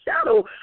shadow